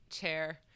chair